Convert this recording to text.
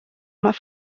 más